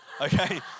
okay